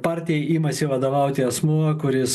partijai imasi vadovauti asmuo kuris